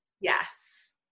yes